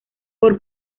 por